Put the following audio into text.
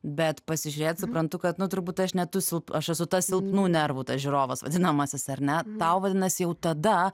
bet pasižiūrėt suprantu kad nu turbūt aš ne tu su aš esu tas silpnų nervų tas žiūrovas vadinamasis ar ne tau vadinasi jau tada